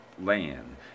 land